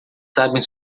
sabem